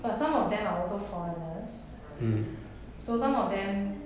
but some of them are also foreigners so some of them